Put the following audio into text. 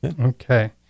Okay